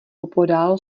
opodál